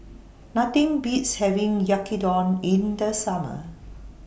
Nothing Beats having Yaki Don in The Summer